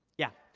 yeah.